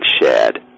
shared